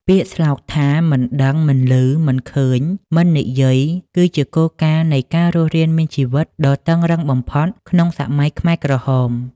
ពាក្យស្លោកថា មិនដឹង មិនឮ មិនឃើញ មិននិយាយគឺជាគោលការណ៍នៃការរស់រានមានជីវិតដ៏តឹងរ៉ឹងបំផុតក្នុងសម័យខ្មែរក្រហម។